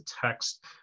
text